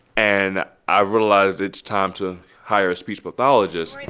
and i realized it's time to hire a speech pathologist